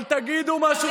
אבל תגידו משהו,